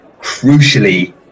Crucially